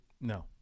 No